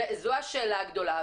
זו השאלה הגדולה.